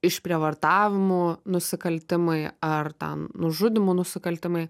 išprievartavimų nusikaltimai ar ten nužudymų nusikaltimai